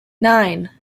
nine